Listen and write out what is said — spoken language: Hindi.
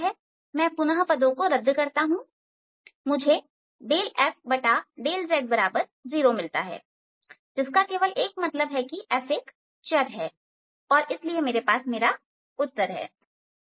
पुनः मैं पदों को रद्द करता हूं मुझे fδz0 मिलता है जिसका केवल एक मतलब है कि F एक चर है और इसलिए मेरे पास मेरा उत्तर है V x2yz चर कांस्टेंट